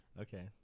Okay